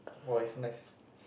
was its snacks